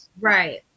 Right